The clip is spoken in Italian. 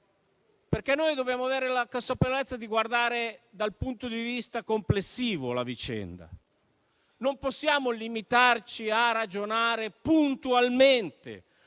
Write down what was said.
cornice? Noi dobbiamo avere la consapevolezza di guardare dal punto di vista complessivo la vicenda. Non possiamo limitarci a ragionare puntualmente